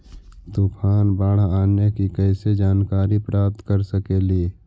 तूफान, बाढ़ आने की कैसे जानकारी प्राप्त कर सकेली?